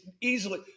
easily